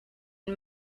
and